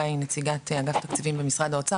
גאיה היא נציגת אגף תקציבים במשרד האוצר.